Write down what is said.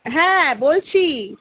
হ্যাঁ বলছি